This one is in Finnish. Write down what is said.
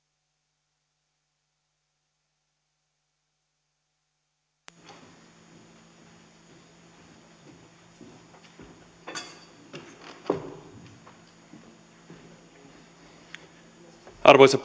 arvoisa